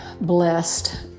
blessed